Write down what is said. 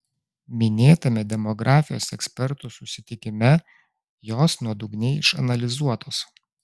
minėtame demografijos ekspertų susitikime jos nuodugniai išanalizuotos